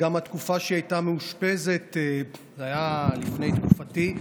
גם התקופה שהיא הייתה מאושפזת הייתה לפני תקופתי,